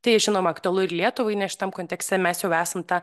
tai žinoma aktualu ir lietuvai nes šitam kontekste mes jau esam ta